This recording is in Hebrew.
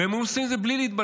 והם עושים את זה בלי להתבלבל.